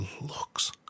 looks